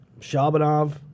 Shabanov